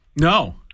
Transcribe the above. No